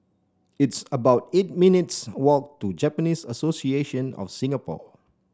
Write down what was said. it's about eight minutes' walk to Japanese Association of Singapore